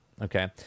okay